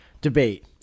debate